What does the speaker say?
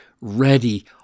ready